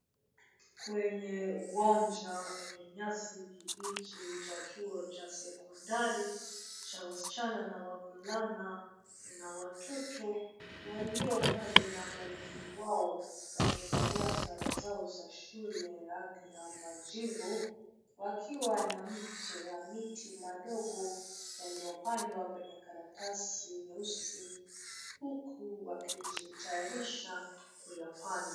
Kwenye uwanja yenye nyasi kibichi cha chuo cha sekondari, cha wasichana na wavulana, na watoto walio pale na mwalimu wao, wakivalia sare zao za shule, rangi ya majivu, wakiwa na mche ya miti madogo, yaliyopandwa kwenye karatasi nyeusi, huku wakijitayarisha, kuyapanda.